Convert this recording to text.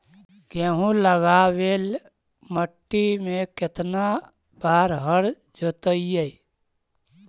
गेहूं लगावेल मट्टी में केतना बार हर जोतिइयै?